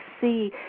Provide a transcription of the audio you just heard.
see